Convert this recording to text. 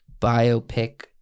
biopic